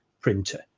printer